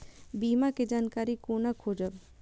बीमा के जानकारी कोना खोजब?